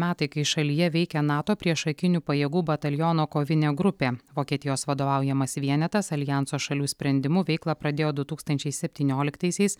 metai kai šalyje veikia nato priešakinių pajėgų bataliono kovinė grupė vokietijos vadovaujamas vienetas aljanso šalių sprendimu veiklą pradėjo du tūkstančiai septynioliktaisiais